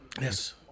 Yes